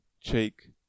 cheek